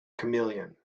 chameleon